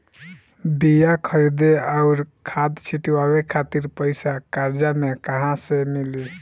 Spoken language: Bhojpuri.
बीया खरीदे आउर खाद छिटवावे खातिर पईसा कर्जा मे कहाँसे मिली?